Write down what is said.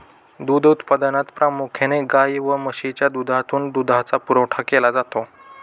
दूध उत्पादनात प्रामुख्याने गाय व म्हशीच्या दुधातून दुधाचा पुरवठा केला जातो